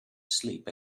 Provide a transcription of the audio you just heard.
sleep